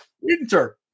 winter